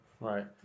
Right